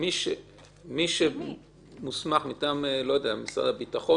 מישהו שמוסמך מטעם משרד הביטחון